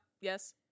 yes